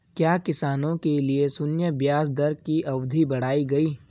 क्या किसानों के लिए शून्य ब्याज दर की अवधि बढ़ाई गई?